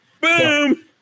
Boom